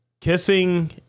kissing